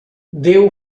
déu